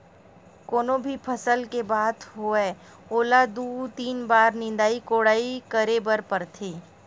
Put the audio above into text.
कोनो भी फसल के बात होवय ओला दू, तीन बार निंदई कोड़ई करे बर परथे